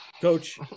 coach